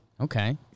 Okay